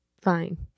Fine